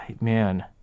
man